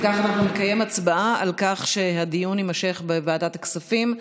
אם כך אנחנו נקיים הצבעה על כך שהדיון יימשך בוועדת הכספים.